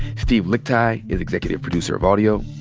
steve lickteig is executive producer of audio.